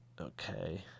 Okay